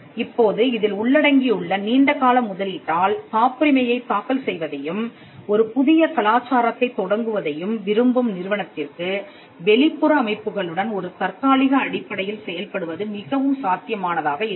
இப்போது இதில் உள்ளடங்கியுள்ள நீண்டகால முதலீட்டால் காப்புரிமையைத் தாக்கல் செய்வதையும் ஒரு புதிய கலாச்சாரத்தைத் தொடங்குவதையும் விரும்பும் நிறுவனத்திற்கு வெளிப்புற அமைப்புகளுடன் ஒரு தற்காலிக அடிப்படையில் செயல்படுவது மிகவும் சாத்தியமானதாக இருக்கும்